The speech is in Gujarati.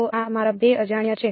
તો આ મારા 2 અજાણ્યા છે